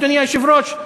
אדוני היושב-ראש,